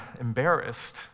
embarrassed